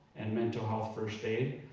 and mental health first aid.